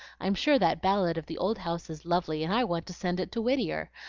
i'm sure that ballad of the old house is lovely, and i want to send it to whittier.